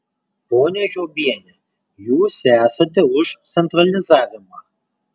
ponia žiobiene jūs esate už centralizavimą